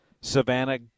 Savannah